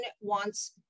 wants